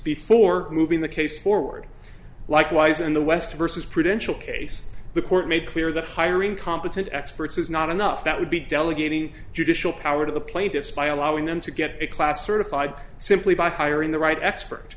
before moving the case forward likewise in the west versus prudential case the court made clear that hiring competent experts is not enough that would be delegating judicial power to the plaintiffs by allowing them to get a class certified simply by hiring the right expert